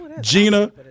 Gina